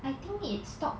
I think it stopped